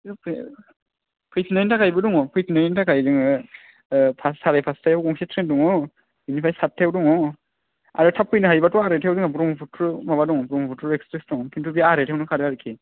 फैफिननायनि थाखायबो दङ फैफिननायनि थाखाय जोङो पास सारे पासतायाव गंसे ट्रेन दङ बिनिफ्राय साततायाव दङ आरो थाब फैनो हायोबाथ' जोङो आरेतायाव ब्रह्मपुत्र माबा दङ ब्रह्मपुत्र एक्सप्रेस दङ किन्तु बे आरेतायावनो खारो आरोकि